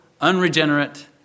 unregenerate